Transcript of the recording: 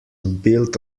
built